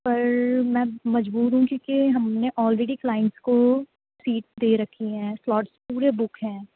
پر میں مجبور ہوں کیونکہ ہم نے آلریڈی کلائنٹس کو سیٹ دے رکھی ہیں سلاٹس پورے بک ہیں